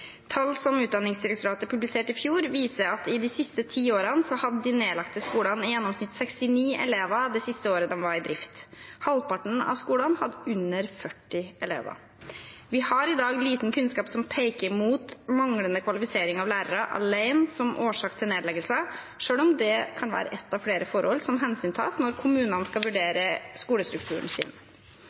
Tall som Utdanningsdirektoratet publiserte i fjor, viser at i de siste ti årene hadde de nedlagte skolene i gjennomsnitt 69 elever det siste året de var i drift. Halvparten av skolene hadde under 40 elever. Vi har i dag lite kunnskap som peker på manglende kvalifisering av lærere alene som årsak til nedleggelser, selv om det kan være et av flere forhold som hensyntas når kommunene skal vurdere skolestrukturen sin.